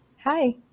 Hi